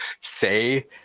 say